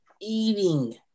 eating